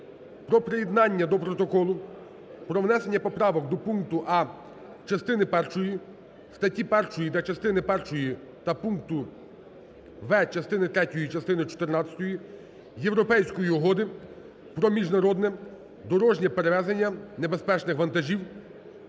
про приєднання до Протоколу про внесення поправок до пункту а) частини першої статті 1 та частини першої та пункту b) частини третьої частини 14 Європейської угоди про міжнародне дорожнє перевезення небезпечних вантажів